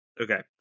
Okay